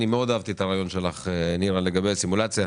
אהבתי מאוד את הרעיון של נירה שפק לגבי הסימולציה.